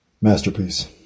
masterpiece